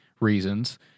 reasons